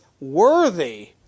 worthy